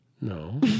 No